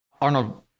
Arnold